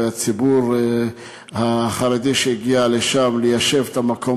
ולציבור החרדי שהגיע לשם ליישב את המקום